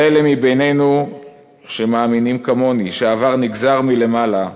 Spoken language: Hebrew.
לאלה בינינו שמאמינים כמוני שהעבר נגזר מלמעלה,